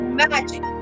magic